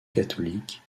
catholique